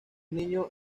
niño